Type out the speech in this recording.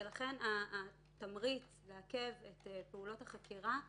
ולכן התמריץ לעכב את פעולות החקירה יגדל.